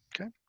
Okay